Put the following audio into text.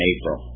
April